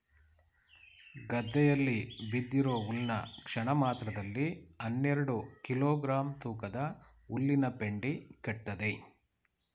ಗದ್ದೆಯಲ್ಲಿ ಬಿದ್ದಿರೋ ಹುಲ್ನ ಕ್ಷಣಮಾತ್ರದಲ್ಲಿ ಹನ್ನೆರೆಡು ಕಿಲೋ ಗ್ರಾಂ ತೂಕದ ಹುಲ್ಲಿನಪೆಂಡಿ ಕಟ್ತದೆ